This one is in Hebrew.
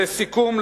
לסיכום,